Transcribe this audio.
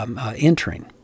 entering